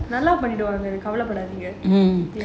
நல்லா பண்ணிடுவாங்க கவலை படாதீங்க:nallaa panniduvaanga kavala padaatheenga